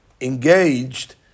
engaged